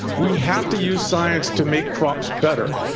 we have to use science to make crops better.